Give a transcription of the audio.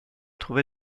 trouvé